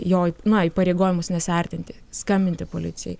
jo na įpareigojimus nesiartinti skambinti policijai